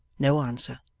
no answer.